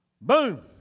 Boom